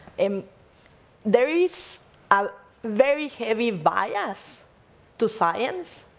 um there is a very heavy bias to science.